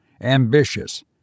ambitious